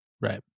right